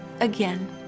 Again